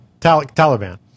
Taliban